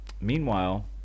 Meanwhile